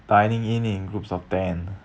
dining in in groups of ten